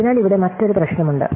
അതിനാൽ ഇവിടെ മറ്റൊരു പ്രശ്നമുണ്ട്